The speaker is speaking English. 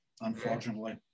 unfortunately